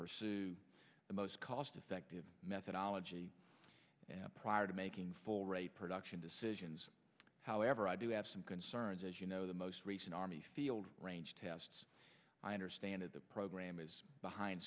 pursue the most cost effective methodology prior to making full rate production decisions however i do have some concerns as you know the most recent army field range tests i understand of the program is behind